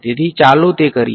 તેથી ચાલો તે કરીએ